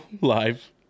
live